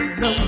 no